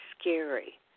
scary